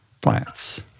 plants